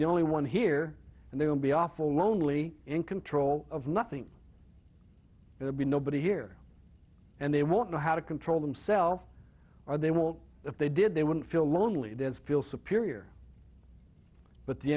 the only one here and there will be awful lonely in control of nothing and will be nobody here and they won't know how to control themselves or they won't if they did they wouldn't feel lonely did feel superior but